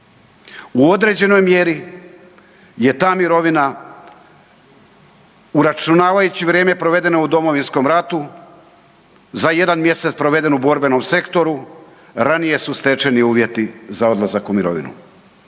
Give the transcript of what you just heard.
U određenoj mjeri je ta mirovina uračunavajući vrijeme provedeno u Domovinskom ratu, za jedan mjesec proveden u borbenom sektoru ranije su stečeni uvjeti za odlazak u mirovinu.